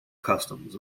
customs